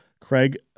Craig